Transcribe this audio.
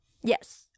Yes